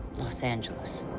los angeles.